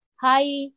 Hi